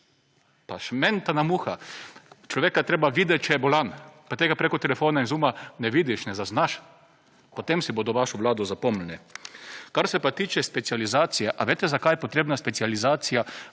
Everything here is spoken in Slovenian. Pa šmentana muha! Človeka je treba videt, če je bolan, pa tega preko telefona in Zooma ne vidiš, ne zaznaš. Po tem si bodo vašo Vlado zapomnili. Kar se pa tiče specializacije, ali veste, zakaj je potrebna specializacija